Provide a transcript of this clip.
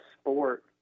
sport